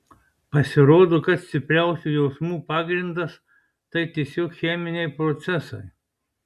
pasirodo kad stipriausių jausmų pagrindas tai tiesiog cheminiai procesai